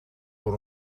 door